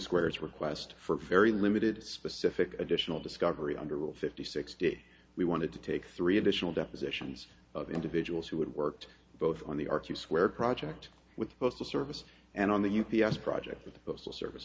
squares request for very limited specific additional discovery under rule fifty six did we wanted to take three additional depositions of individuals who had worked both on the r q square project with the postal service and on the u b s project with the postal service